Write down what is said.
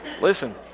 Listen